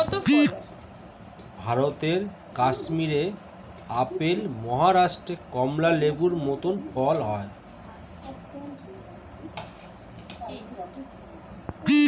ভারতের কাশ্মীরে আপেল, মহারাষ্ট্রে কমলা লেবুর মত ফল হয়